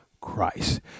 Christ